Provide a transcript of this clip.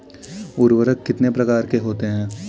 उर्वरक कितने प्रकार के होते हैं?